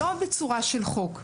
לא בצורה של חוק,